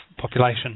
population